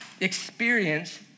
experience